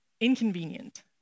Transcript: Inconvenient